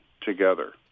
together